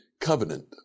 covenant